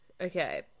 Okay